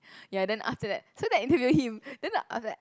ya then after that so they interview him then the after that